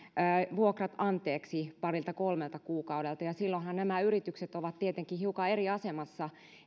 vuokrat anteeksi parilta kolmelta kuukaudelta ja silloinhan nämä yritykset ovat tietenkin hiukan eri asemassa